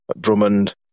Drummond